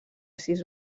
sis